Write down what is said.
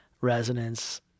resonance